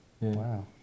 Wow